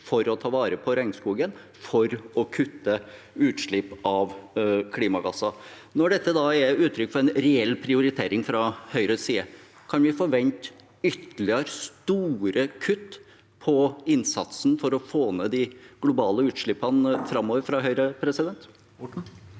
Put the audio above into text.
for å ta vare på regnskogen og kutte utslipp av klimagasser. Når dette er uttrykk for en reell prioritering fra Høyres side, kan vi fra Høyre forvente ytterligere, store kutt i innsatsen for å få ned de globale utslippene framover? Helge Orten